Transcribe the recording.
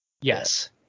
Yes